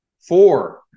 Four